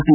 T